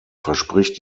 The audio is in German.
verspricht